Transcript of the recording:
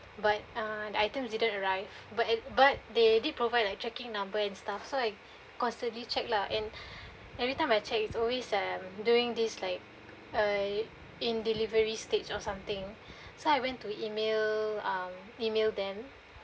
but(um) items didn't arrive but a~ but they did provide like a tracking number and stuff so I constantly check lah and every time I check it's always um doing this like uh in delivery stage or something so I went to email um email them